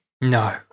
No